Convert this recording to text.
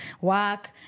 work